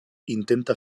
intenta